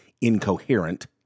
incoherent